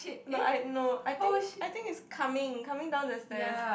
no I no I think I think is coming coming down the stairs